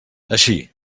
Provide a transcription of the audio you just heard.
així